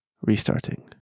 restarting